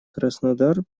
краснодар